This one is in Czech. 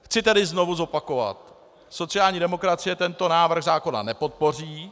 Chci tedy znovu zopakovat sociální demokracie tento návrh zákona nepodpoří.